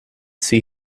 see